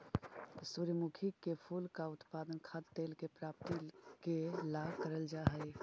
सूर्यमुखी के फूल का उत्पादन खाद्य तेल के प्राप्ति के ला करल जा हई